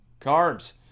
carbs